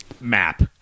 map